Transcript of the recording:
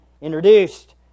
introduced